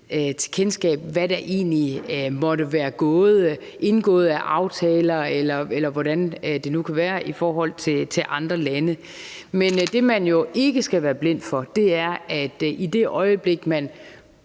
kendskab, hvad der egentlig måtte være indgået af aftaler, eller hvordan det nu kan være, i forhold til andre lande. Men det, man jo ikke skal være blind for, er, at i det øjeblik, man